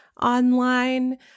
online